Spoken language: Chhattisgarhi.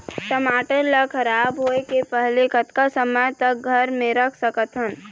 टमाटर ला खराब होय के पहले कतका समय तक घर मे रख सकत हन?